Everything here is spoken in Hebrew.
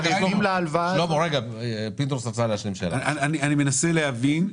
אני מנסה להבין.